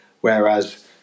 Whereas